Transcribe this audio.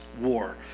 war